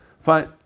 Fine